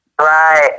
Right